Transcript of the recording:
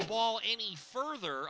the ball any further